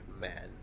man